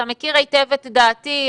אתה מכיר היטב את דעתי.